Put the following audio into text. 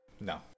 No